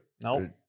No